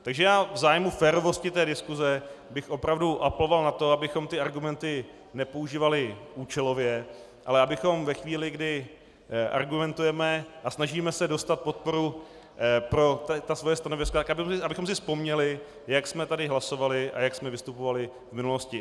Takže v zájmu férovosti diskuse bych opravdu apeloval na to, abychom argumenty nepoužívali účelově, ale abychom si ve chvíli, kdy argumentujeme a snažíme se dostat podporu pro svoje stanovisko, vzpomněli, jak jsme tady hlasovali a jak jsme vystupovali v minulosti.